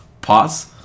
Pause